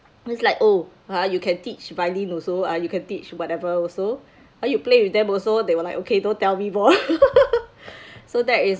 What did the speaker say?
it's like oh ha you can teach violin also ah you can teach whatever also ha you play with them also they were like okay don't tell me more so that is